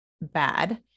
bad